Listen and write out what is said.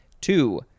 Two